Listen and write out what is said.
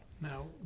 Now